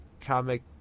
comic